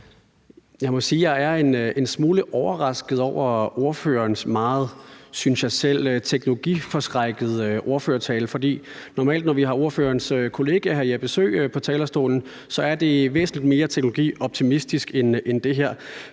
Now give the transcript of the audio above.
jeg er en smule overrasket over ordførerens meget, synes jeg selv, teknologiforskrækkede ordførertale, for normalt, når vi har ordførerens kollega hr. Jeppe Søe på talerstolen, er det væsentlig mere teknologioptimistisk end det her.